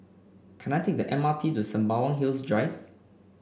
can I take the M R T to Sembawang Hills Drive